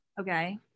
Okay